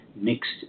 mixed